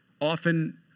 often